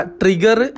trigger